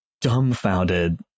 dumbfounded